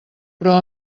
però